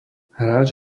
hráč